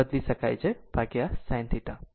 અને આ એક બદલી શકાય છે sin θ